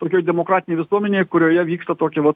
tokioj demokratinėj visuomenėj kurioje vyksta tokia vat